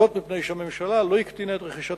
זאת מפני שהממשלה לא הקטינה את רכישת